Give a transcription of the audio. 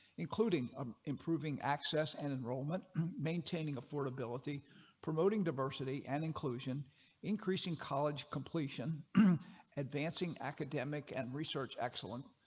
including um improving access an enrollment maintaining affordability promoting diversity and inclusion increasing college completion advancing academic and research excellent.